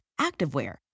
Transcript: activewear